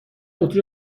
قوطی